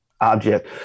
object